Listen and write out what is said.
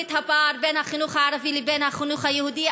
את הפער בין החינוך הערבי לבין החינוך היהודי.